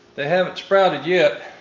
they haven't sprouted yet.